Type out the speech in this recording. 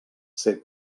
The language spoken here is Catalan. ser